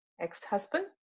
ex-husband